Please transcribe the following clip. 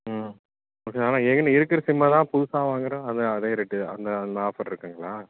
ம் ஓகே ஆனால் ஏற்கனே இருக்கிற சிம்மை தான் புதுசாக வாங்குகிறோம் அதுவும் அதே ரேட்டு அந்த அந்த ஆஃபர் இருக்குங்களா